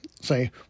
Say